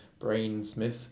Brainsmith